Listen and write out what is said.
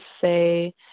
say